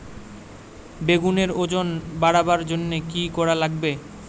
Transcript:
বেগুনের ওজন বাড়াবার জইন্যে কি কি করা লাগবে?